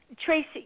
Tracy